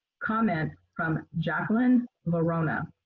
comment from jacqueline vorona.